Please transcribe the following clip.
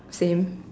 same